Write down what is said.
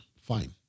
Fine